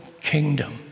kingdom